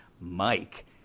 Mike